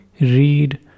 read